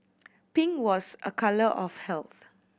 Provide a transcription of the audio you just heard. pink was a colour of health